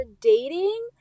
dating